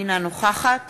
אינה נוכחת